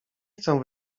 chcę